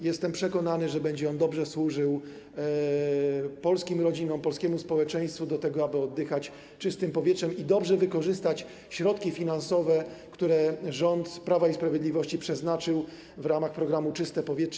Jestem przekonany, że będzie on dobrze służył polskim rodzinom, polskiemu społeczeństwu do tego, aby można było oddychać czystym powietrzem i dobrze wykorzystać środki finansowe, które rząd Prawa i Sprawiedliwości przeznaczył w ramach programu „Czyste powietrze”